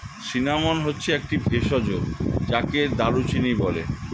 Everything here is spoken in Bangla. সিনামন হচ্ছে একটি ভেষজ যাকে দারুচিনি বলে